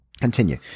continue